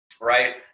Right